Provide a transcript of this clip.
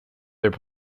their